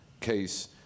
case